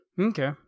Okay